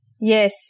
Yes